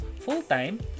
full-time